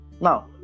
now